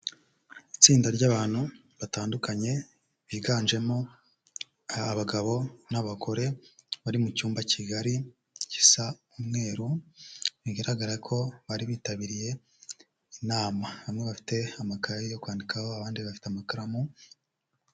Itsinda ry'abantu batandukanye higanjemo abagabo n'abagore bari mu cyumba kigari gisa umweru, bigaragara ko bari bitabiriye inama, bamwe bafite amakaye yo kwandikaho abandi bafite amakaramu.